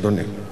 אדוני,